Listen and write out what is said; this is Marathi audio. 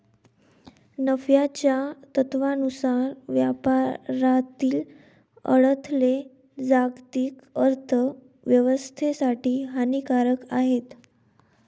नफ्याच्या तत्त्वानुसार व्यापारातील अडथळे जागतिक अर्थ व्यवस्थेसाठी हानिकारक आहेत